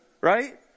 right